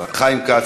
חיים כץ.